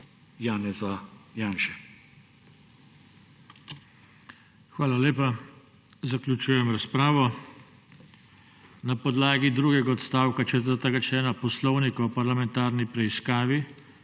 JOŽE TANKO:** Hvala lepa. Zaključujem razpravo. Na podlagi drugega odstavka 4. člena Poslovnika o parlamentarni preiskavi